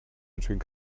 between